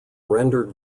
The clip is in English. rendered